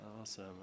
Awesome